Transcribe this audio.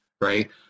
right